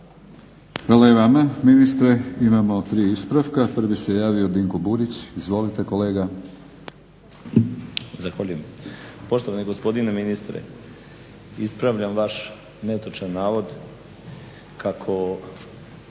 Hvala i vama ministre. Imamo 3 ispravka. Prvi se javio Dinko Burić. Izvolite kolega. **Burić, Dinko (HDSSB)** Zahvaljujem Poštovani gospodine ministre ispravljam vaš netočan navod kako